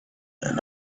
and